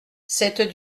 cette